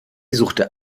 suchte